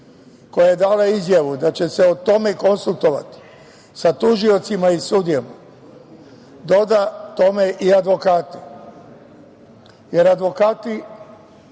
koja je dala izjavu da će se o tome konsultovati sa tužiocima i sudijama, da doda tome i advokate, jer advokati